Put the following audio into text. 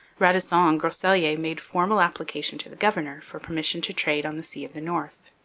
radisson and groseilliers made formal application to the governor for permission to trade on the sea of the north.